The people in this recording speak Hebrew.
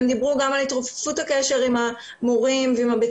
הם דיברו גם על התרופפות הקשר עם המורים ועם בית